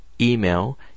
email